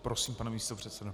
Prosím, pane místopředsedo.